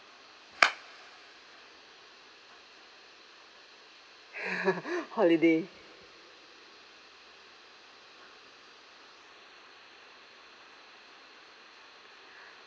holiday